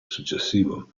successivo